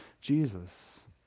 Jesus